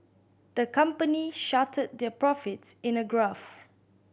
the company their profits in a graph